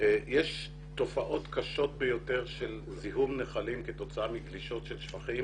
יש תופעות קשות ביותר של זיהום נחלים כתוצאה מגלישות של שפכים